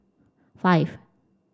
five